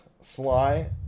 Sly